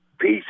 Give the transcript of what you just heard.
Peace